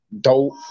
dope